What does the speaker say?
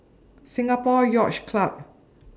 Singapore Yacht Club